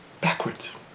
backwards